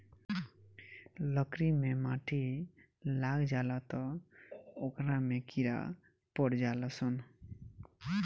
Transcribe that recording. लकड़ी मे माटी लाग जाला त ओकरा में कीड़ा पड़ जाल सन